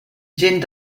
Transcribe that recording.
gent